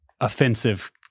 offensive